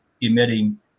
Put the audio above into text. emitting